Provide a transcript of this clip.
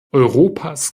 europas